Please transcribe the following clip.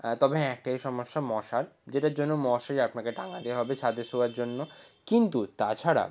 হ্যাঁ তবে হ্যাঁ একটাই সমস্যা মশার যেটার জন্য মশারি আপনাকে টাঙাতে হবে ছাদে শোয়ার জন্য কিন্তু তাছাড়া